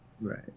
right